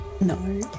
No